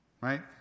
right